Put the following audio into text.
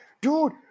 Dude